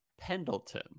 Pendleton